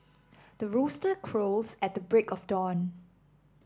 the rooster crows at the break of dawn